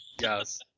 Yes